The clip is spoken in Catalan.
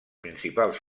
principals